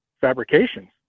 fabrications